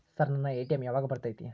Sir ನನ್ನ ATM ಯಾವಾಗ ಬರತೈತಿ?